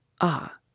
Ah